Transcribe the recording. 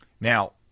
Now